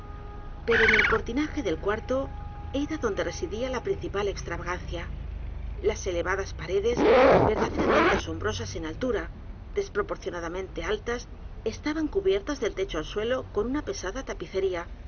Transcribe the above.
pero en el cortinaje del cuarto era donde residía la principal extravagancia las elevadas paredes verdaderamente asombrosas en altura desproporcionadamente altas estaban cubiertas del techo al suelo con una pesada tapicería